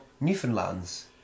Newfoundlands